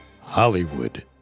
Hollywood